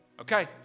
okay